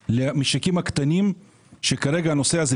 קריסה של המשקים הקטנים ברמת הגולן זה